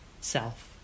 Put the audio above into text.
self